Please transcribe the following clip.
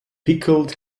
pickled